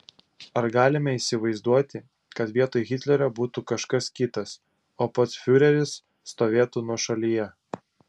ar galime įsivaizduoti kad vietoj hitlerio būtų kažkas kitas o pats fiureris stovėtų nuošalyje